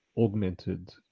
augmented